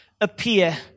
appear